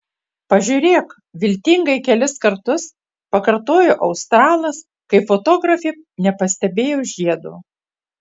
pažiūrėk viltingai kelis kartus pakartojo australas kai fotografė nepastebėjo žiedo